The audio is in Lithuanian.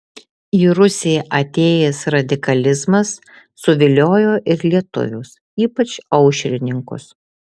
į rusiją atėjęs radikalizmas suviliojo ir lietuvius ypač aušrininkus